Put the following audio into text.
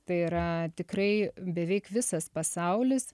tai yra tikrai beveik visas pasaulis